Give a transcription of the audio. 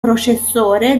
processore